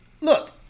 Look